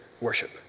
worship